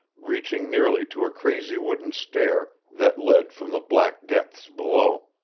reaching nearly to a crazy wooden stair that led from the black depths below.